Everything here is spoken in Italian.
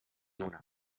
una